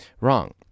wrong